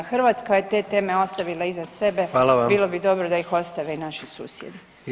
Hrvatska je te teme ostavila iza sebe [[Upadica: Hvala vam.]] bilo bi dobro da ih ostavi i naši susjedi.